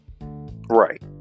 Right